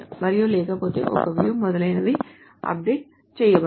మరియు లేకపోతే ఒక view మొదలైనవి అప్డేట్ చేయబడదు